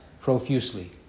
profusely